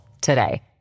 today